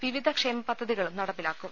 വിവിധ ക്ഷേമ പദ്ധ തികളും നടപ്പിലാക്കും